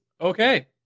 Okay